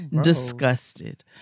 disgusted